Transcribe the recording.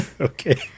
Okay